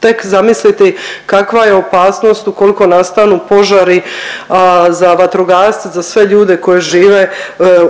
tek zamisliti kakva je opasnost ukoliko nastanu požari za vatrogasce, za sve ljude koji žive